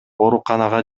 ооруканага